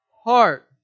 heart